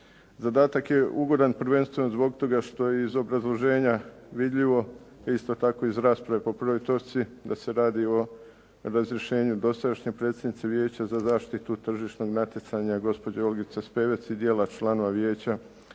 Zadatak je ugodan prvenstveno zbog toga što je iz obrazloženja vidljivo, a isto tako iz rasprave po prvoj točci da se radi o razrješenju dosadašnje predsjednice Vijeća za zaštitu tržišnog natjecanja gospođe Olgice Spevec i dijela članova Vijeća